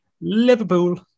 Liverpool